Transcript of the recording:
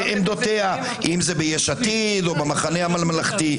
לעמדותיה, אם זה ביש עתיד או במחנה הממלכתי.